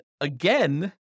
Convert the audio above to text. again